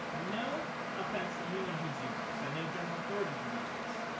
no offense to anyone who's used this. i know general authorities have used this.